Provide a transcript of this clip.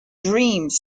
dreams